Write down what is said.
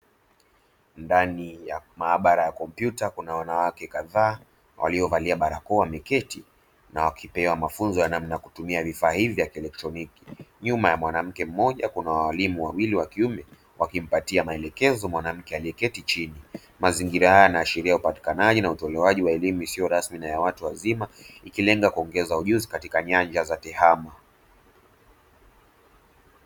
Ndani ya maabara ya kompyuta kuna wanawake kadhaa waliovalia barakoa wameketi na wakipewa mafunzo ya namna ya kutumia vifaa hivyi vya kielectroniki , nyuma ya mwanamke mmoja kuna walimu wawili wakiume wakimpatia maelekezo mwanamke aliyeketi chini, mazingira haya yanaashiria upatikanaji na utolewajio wa elimu isio rasmi na watu wazima ikilenga kugeza ujuzi katika nyanja za tehama.